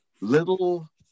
little